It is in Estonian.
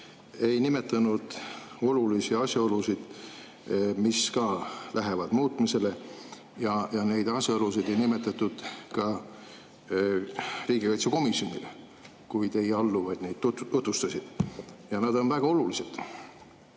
ei nimetanud olulisi asjaolusid, mis ka lähevad muutmisele, ja neid asjaolusid ei nimetatud ka riigikaitsekomisjonile, kui teie alluvad [eelnõu] tutvustasid. Need on väga olulised.